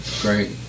great